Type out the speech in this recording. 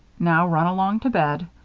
now, run along to bed.